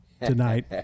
tonight